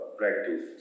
practice